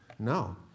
No